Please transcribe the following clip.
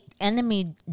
enemy